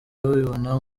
babibona